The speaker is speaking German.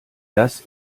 das